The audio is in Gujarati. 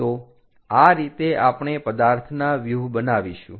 તો આ રીતે આપણે પદાર્થના વ્યુહ બનાવીશું